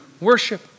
worship